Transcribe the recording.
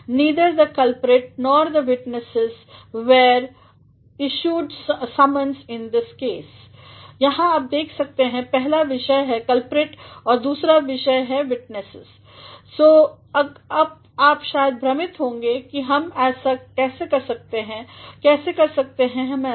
neither the culprit nor the witnesses were issued summons in this case यहाँ आप देख सकते हैं पहला विषय है कल्प्रिट और दूसरा विषय है विटनेसेस अब आप शायद भ्रमित होंगे कि हम ऐसा कैसे कर सकते हैं कैसे कर सकते हैं हम ऐसा